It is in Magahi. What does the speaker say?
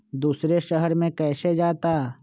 दूसरे शहर मे कैसे जाता?